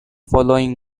following